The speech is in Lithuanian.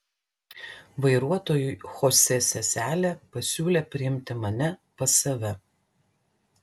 vairuotojui chosė seselė pasiūlė priimti mane pas save